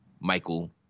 Michael